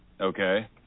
Okay